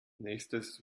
nächstes